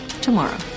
tomorrow